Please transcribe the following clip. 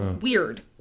weird